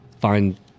find